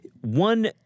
one